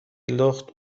لخت